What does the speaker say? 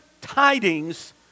tidings